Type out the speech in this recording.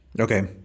Okay